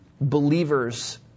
believers